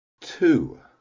Two